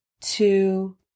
two